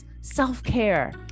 self-care